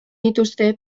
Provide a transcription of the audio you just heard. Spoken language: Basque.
dituzte